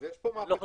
אז יש פה מהפכה.